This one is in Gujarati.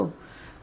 બરાબર